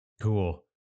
Cool